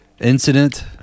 incident